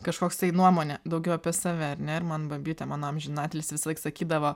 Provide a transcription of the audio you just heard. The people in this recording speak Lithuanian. kažkoks tai nuomonė daugiau apie save ar ne ir man babytė mano amžinatilsį visąlaik sakydavo